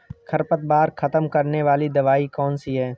खरपतवार खत्म करने वाली दवाई कौन सी है?